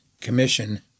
Commission